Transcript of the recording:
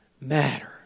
matter